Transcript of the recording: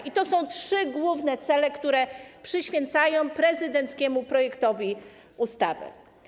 I to są trzy główne cele, które przyświecają prezydenckiemu projektowi ustawy.